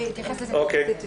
זה מופיע.